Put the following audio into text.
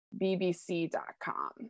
bbc.com